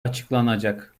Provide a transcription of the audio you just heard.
açıklanacak